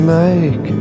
make